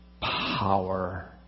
power